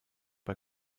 bei